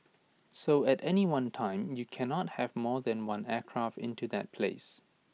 so at any one time you can not have more than one aircraft into that place